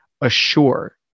assure